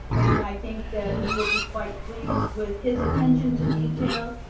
and i think that you will be quite pleased with his attention to detail,